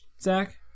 Zach